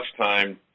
time